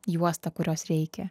juostą kurios reikia